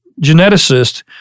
geneticist